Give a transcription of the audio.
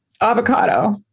Avocado